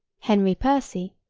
henry percy,